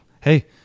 hey